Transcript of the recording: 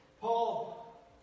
Paul